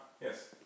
Yes